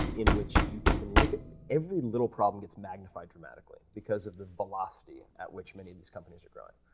in which you can look at every little problem gets magnified dramatically because of the velocity at which many of these companies are growing.